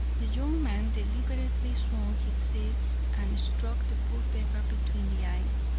the young man deliberately swung his fist and struck the poor beggar between the eyes,